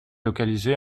localisée